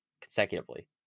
consecutively